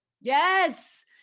Yes